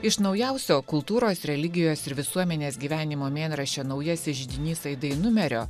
iš naujausio kultūros religijos ir visuomenės gyvenimo mėnraščio naujasis židinys aidai numerio